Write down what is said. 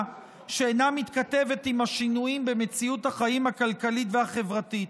שאינה מתכתבת עם השינויים במציאות החיים הכלכלית והחברתית.